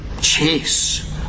chase